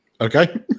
Okay